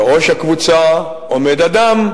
בראש הקבוצה עומד אדם,